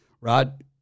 Rod